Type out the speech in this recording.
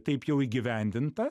taip jau įgyvendinta